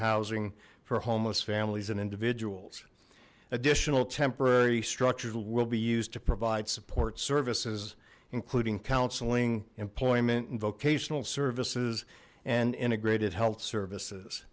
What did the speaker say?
housing for homeless families and individuals additional temporary structures will be used to provide support services including counseling employment and vocational services and integrated health services